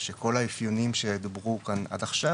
שכל האיפיונים שדוברו כאן עד עכשיו,